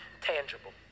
tangible